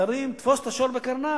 תרים, תפוס את השור בקרניו.